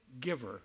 giver